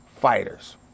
fighters